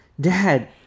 Dad